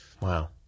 Wow